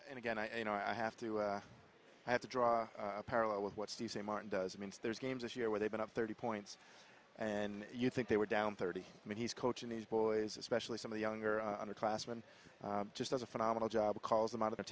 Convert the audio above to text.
and again i you know i have to i have to draw a parallel with what's the same martin does i mean there's games this year where they've been up thirty points and you think they were down thirty i mean he's coaching these boys especially some of the younger on the class and just as a phenomenal job ca